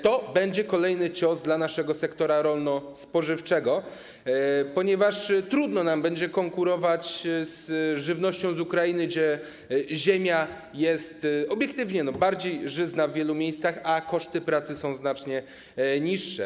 To będzie kolejny cios dla naszego sektora rolno-spożywczego, ponieważ trudno nam będzie konkurować z żywnością z Ukrainy, gdzie ziemia jest obiektywnie bardziej żyzna w wielu miejscach, a koszty pracy są znacznie niższe.